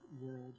world